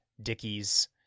Dickies